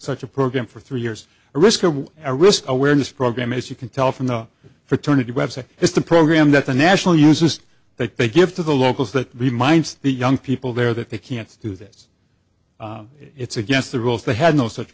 such a program for three years a risk of a risk awareness program as you can tell from the fraternity web site is the program that the national uses that they give to the locals that reminds the young people there that they can't do this it's against the rules they had no such